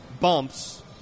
bumps